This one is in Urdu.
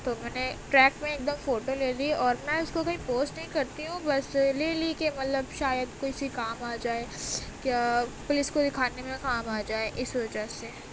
تو میں نے ٹریک میں ایک دم فوٹو لے لی اور میں اس کو کہیں پوسٹ نہیں کرتی ہوں بس لے لی کہ مطلب شاید کسی کام آ جائے کیا پولیس کو دکھانے میں کام آ جائے اس وجہ سے